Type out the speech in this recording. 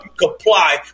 comply